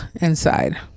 inside